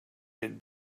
had